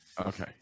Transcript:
Okay